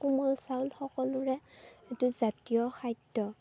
কোমল চাউল সকলোৰে এইটো জাতীয় খাদ্য